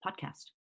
podcast